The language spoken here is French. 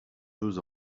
deux